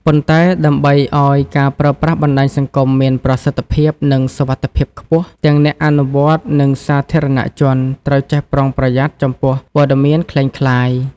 ប៉ុន្តែដើម្បីឲ្យការប្រើប្រាស់បណ្តាញសង្គមមានប្រសិទ្ធភាពនិងសុវត្ថិភាពខ្ពស់ ទាំងអ្នកអនុវត្ត និងសាធារណជនត្រូវចេះប្រុងប្រយ័ត្នចំពោះព័ត៌មានក្លែងក្លាយ។